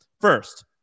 first